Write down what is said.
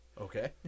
Okay